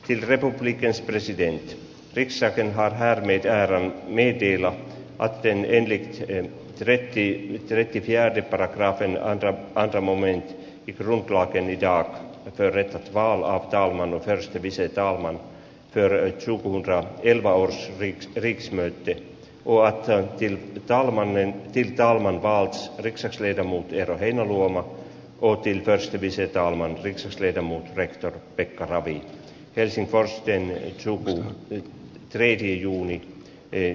kirkon likens president piirissäkin vähän ikää neidillä atte engren elitserien rehkii särkijärvi tarkasteli häntä varten malmin piti ruplatili ja yritti vallata manu kärsivissä itävallan jerry zukunras ilmaus prix prix mette laakso antti laamanen tilittää ilman valits pixelsner moutier heinäluoma otti rastipisteitä alman riksesteitä muun rehtori pekka ravi helsingforstien seo ei trendi osoitettu kirjelmä